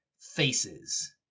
faces